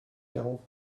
quarante